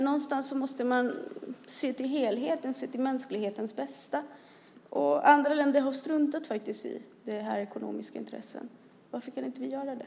Någonstans måste man se till helheten och se till mänsklighetens bästa. Andra länder har struntat i de ekonomiska intressena. Varför kan inte vi göra det?